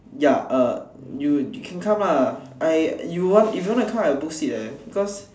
ya uh you can come lah I you if you want to come I will book seat leh because